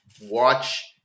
watch